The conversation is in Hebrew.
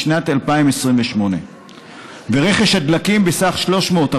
בשנת 2028. ורכש הדלקים בסך 300,